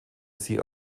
sie